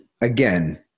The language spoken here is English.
again